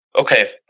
Okay